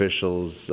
officials